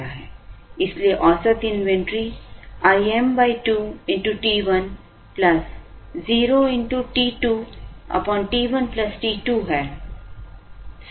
इसलिए औसत inventory Im 2 t1 0 t2t1 t2 है